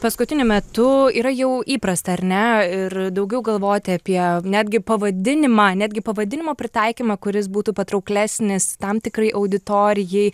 paskutiniu metu yra jau įprasta ar ne ir daugiau galvoti apie netgi pavadinimą netgi pavadinimo pritaikymą kuris būtų patrauklesnis tam tikrai auditorijai